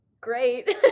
great